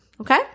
okay